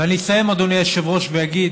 ואני אסיים, אדוני היושב-ראש, ואגיד: